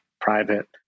private